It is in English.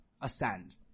ascend